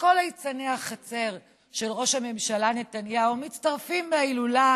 וכל ליצני החצר של ראש הממשלה נתניהו מצטרפים להילולה